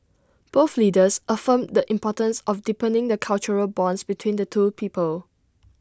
both leaders reaffirmed the importance of deepening the cultural bonds between the two peoples